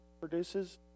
produces